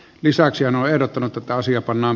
markus lohi ehdottanut että asia pannaan